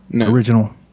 original